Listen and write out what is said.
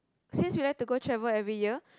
since we like to go travel every year